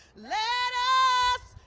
lead us